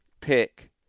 pick